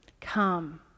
Come